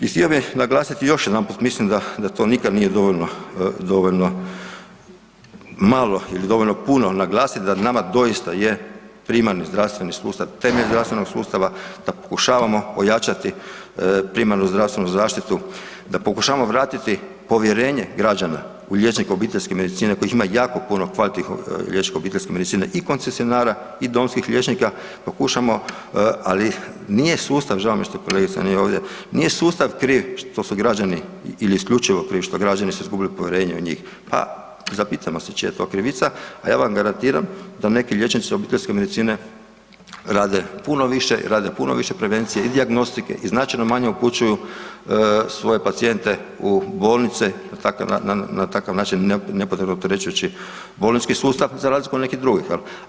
I htio bih naglasiti još jedanput, mislim da, da to nikad nije dovoljno, dovoljno malo ili dovoljno puno naglasit da nama doista je primarni zdravstveni sustav temelj zdravstvenog sustava da pokušavamo ojačati primarnu zdravstvenu zaštitu, da pokušavamo vratiti povjerenje građana u liječnike obiteljske medicine kojih ima jako puno kvalitetnih liječnika obiteljske medicine i koncesionara i domskih liječnika da pokušamo, ali nije sustav, žao mi je što kolegica nije ovdje, nije sustav kriv što su građani ili isključivo … [[Govornik se ne razumije]] građani su izgubili povjerenje u njih, pa zapitajmo se čija je to krivica, a ja vam garantiram da neki liječnici obiteljske medicine rade puno više, rade puno više prevencije i dijagnostike i značajno manje upućuju svoje pacijente u bolnice na takav način nepotrebno opterećujući bolnički sustav za razliku od nekih drugih.